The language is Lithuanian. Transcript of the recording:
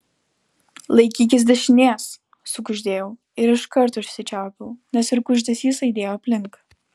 laikykis dešinės sukuždėjau ir iškart užsičiaupiau nes ir kuždesys aidėjo aplink